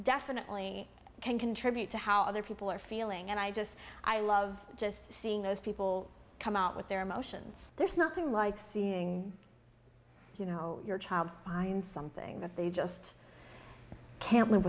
definitely can contribute to how other people are feeling and i just i love just seeing those people come out with their emotions there's nothing like seeing you know your child find something that they just can't live